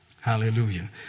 Hallelujah